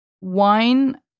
wine